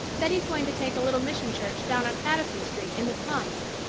then he's going to take a little mission church down on patterson street in the slums.